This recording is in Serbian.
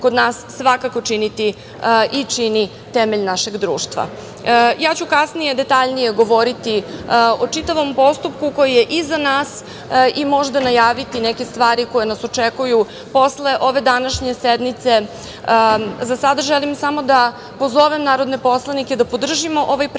kod nas svakako činiti i čini temelj našeg društva. Ja ću kasnije detaljnije govoriti o čitavom postupku koji je iza nas i možda najaviti neke stvari koje nas očekuju posle ove današnje sednice. Za sada želim samo da pozovem narodne poslanike da podržimo ovaj predlog